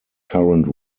current